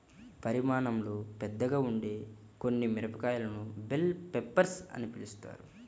పరిమాణంలో పెద్దగా ఉండే కొన్ని మిరపకాయలను బెల్ పెప్పర్స్ అని పిలుస్తారు